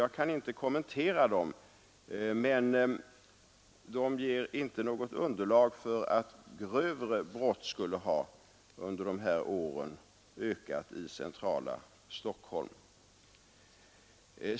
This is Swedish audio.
Jag kan inte kommentera dem, men de ger inte något underlag för att grövre brott skulle ha ökat under de här åren i centrala Stockholm.